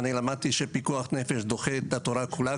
ואני למדתי שפיקוח נפש דוחה את התורה כולה,